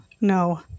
No